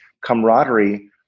camaraderie